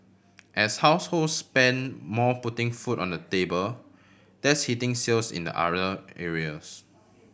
as households spend more putting food on the table that's hitting sales in the other areas